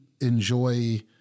enjoy